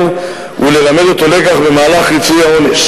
וללמד אותו לקח במהלך ריצוי העונש.